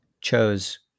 chose